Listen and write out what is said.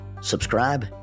subscribe